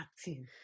acting